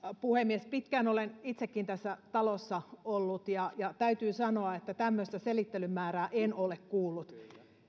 puhemies pitkään olen itsekin tässä talossa ollut ja ja täytyy sanoa että tämmöistä selittelyn määrää en ole kuullut